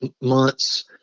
months